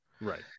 Right